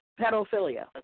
pedophilia